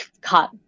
cut